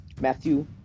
Matthew